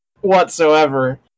whatsoever